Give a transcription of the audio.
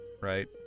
right